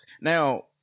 Now